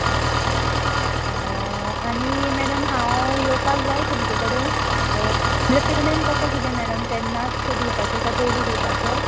हां आनी मॅडम हांव यवपाक जाय तुमचे कडेन म्हणजे पेमेंट कसो कितें मॅडम तेन्नाच दिवपाचें काय पयली दिवपाचें